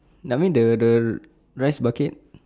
I mean the the rice bucket